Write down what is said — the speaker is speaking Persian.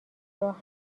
راه